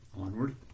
Onward